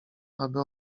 aby